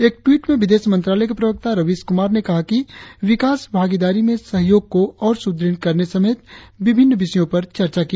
एक टवीट में विदेश मंत्रालय के प्रवक्ता रवीश कुमार ने कहा कि विकास भागीदारी में सहयोग को और सुदृढ़ करने समेत विभिन्न विषयों पर चर्चा की